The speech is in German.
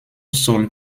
soll